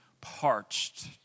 parched